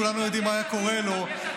כולנו יודעים מה היה קורה לו.